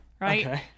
right